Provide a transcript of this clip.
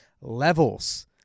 levels